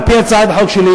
על-פי הצעת החוק שלי,